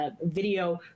video